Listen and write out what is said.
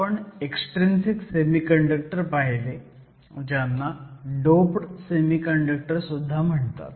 आपण extrinsic semiconductor पाहिले ज्यांना डोप्ड सेमीकंडक्टर सुद्धा म्हणतात